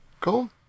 Cool